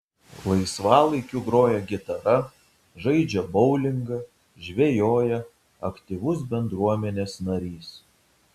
laisvalaikiu groja gitara žaidžia boulingą žvejoja aktyvus bendruomenės narys